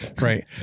Right